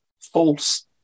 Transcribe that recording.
false